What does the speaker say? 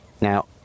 Now